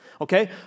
okay